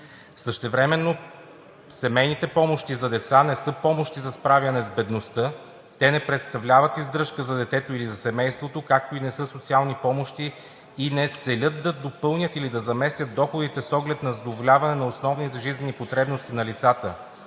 Същевременно семейните помощи за деца не са помощи за справяне с бедността. Те не представляват издръжка за детето или семейството, както и не са социални помощи и не целят да допълнят или да заместят доходите с оглед на задоволяване на основните жизнени потребности на лицата